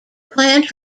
plant